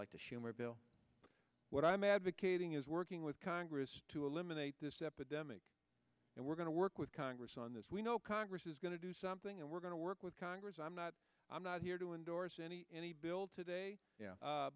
bill what i'm advocating is working with congress to eliminate this epidemic and we're going to work with congress on this we know congress is going to do something and we're going to work with congress i'm not i'm not here to endorse any any bill today